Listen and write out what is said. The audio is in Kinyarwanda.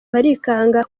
barikanga